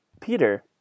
Peter